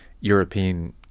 European